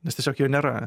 nes tiesiog jo nėra